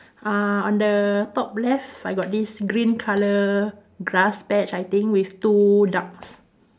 uh on the top left I got this green colour grass patch I think with two ducks